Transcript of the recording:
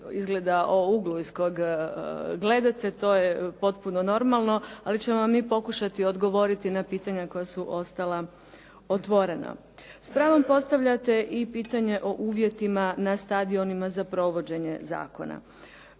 izgleda o uglu iz kojega gledate, to je potpuno normalno, ali ćemo vam mi pokušati odgovoriti na pitanja koja su ostala otvorena. S pravom postavljate i pitanje o uvjetima na stadiona za provođenje zakona.